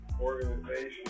organization